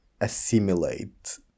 assimilate